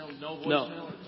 No